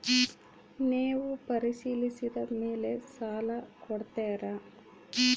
ನೇವು ಪರಿಶೇಲಿಸಿದ ಮೇಲೆ ಸಾಲ ಕೊಡ್ತೇರಾ?